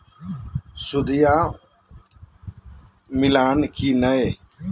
सुदिया मिलाना की नय?